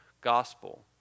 gospel